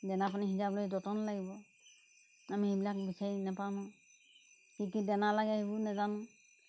দানা পানী সিজাবলৈ যতন লাগিব আমি সেইবিলাক বিচাৰি নাপাওঁ নহয় কি কি দানা লাগে সেইবোৰ নেজানো